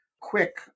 quick